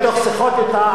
ומתוך שיחות אתה,